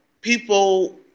people